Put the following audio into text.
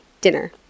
dinner